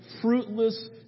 fruitless